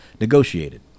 negotiated